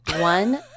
One